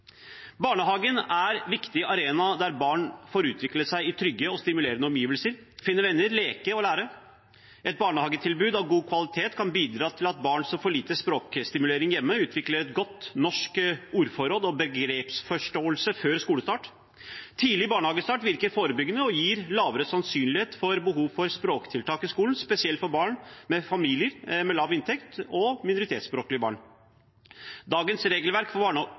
Barnehagen er en viktig arena der barn får utvikle seg i trygge og stimulerende omgivelser, finner venner, leker og lærer. Et barnehagetilbud av god kvalitet kan bidra til at barn som får lite språkstimulering hjemme, utvikler et godt, norsk ordforråd og begrepsforståelse før skolestart. Tidlig barnehagestart virker forebyggende og gir lavere sannsynlighet for behov for språktiltak i skolen, spesielt for barn fra familier med lav inntekt og minoritetsspråklige barn. Dagens regelverk for